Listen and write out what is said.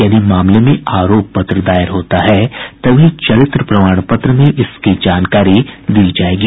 यदि मामले में आरोप पत्र दायर होता है तभी चरित्र प्रमाण पत्र में इसकी जानकारी दी जायेगी